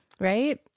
right